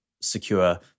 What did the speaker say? secure